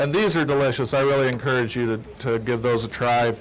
and these are delicious i really encourage you to give those a try